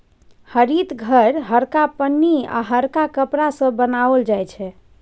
हरित घर हरका पन्नी आ हरका कपड़ा सँ बनाओल जाइ छै